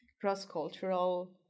cross-cultural